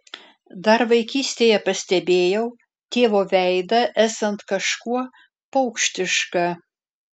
dar vaikystėje pastebėjau tėvo veidą esant kažkuo paukštišką